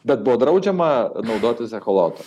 bet buvo draudžiama naudotis echolotu